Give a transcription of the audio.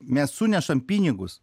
mes sunešam pinigus